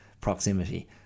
proximity